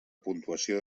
puntuació